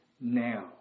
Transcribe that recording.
now